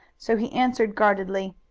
so he answered guardedly,